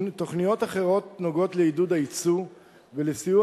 תוכניות אחרות נוגעות לעידוד היצוא ולסיוע